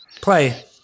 play